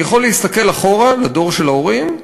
יכול להסתכל אחורה, לדור של ההורים,